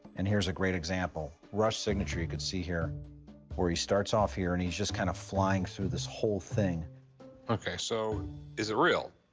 and here's a great example. rush signature, you could see here where he starts off here and he's just kind of flying through this whole thing. rick ok, so is it real?